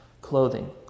clothing